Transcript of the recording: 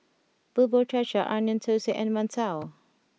Bubur Cha Cha Onion Thosai and Mantou